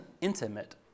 intimate